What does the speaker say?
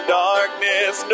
darkness